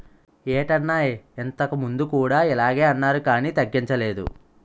ఏటన్నయ్యా ఇంతకుముందు కూడా ఇలగే అన్నారు కానీ తగ్గించలేదు